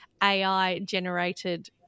AI-generated